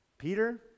Peter